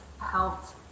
helped